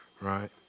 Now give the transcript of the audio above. right